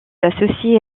associé